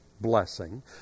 blessing